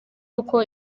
uko